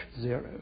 zero